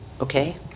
okay